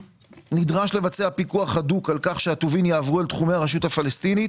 נדרש לבצע פיקוח הדוק על כך שהטובין יעברו אל חומי הרשות הפלסטינית